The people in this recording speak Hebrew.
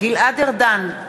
גלעד ארדן,